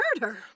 Murder